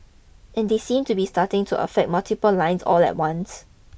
and they seem to be starting to affect multiple lines all at once